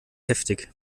heftig